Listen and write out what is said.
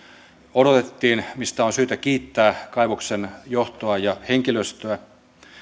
odotettiin mistä on syytä kiittää kaivoksen johtoa ja henkilöstöä